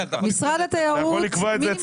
התיירות.